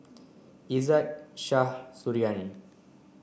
Izzat Shah Suriani